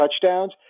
touchdowns